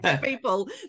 People